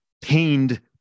pained